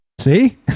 See